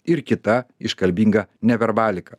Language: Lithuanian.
ir kita iškalbinga neverbalika